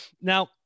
Now